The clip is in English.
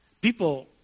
people